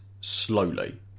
slowly